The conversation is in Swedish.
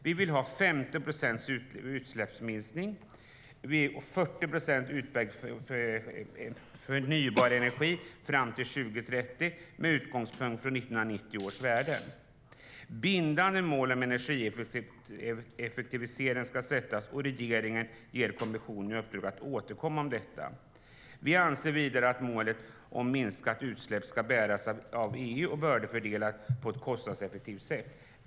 Vi vill ha 50 procents utsläppsminskning och 40 procent utbyggd förnybar energi fram till 2030 med utgångspunkt i 1990 års värden. Bindande mål om energieffektivisering ska sättas, och regeringen ska ge kommissionen i uppdrag att återkomma om detta. Vi anser vidare att målet om minskade utsläpp ska bäras av EU och bördefördelas på ett kostnadseffektivt sätt.